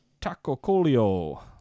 Tacocolio